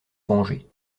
venger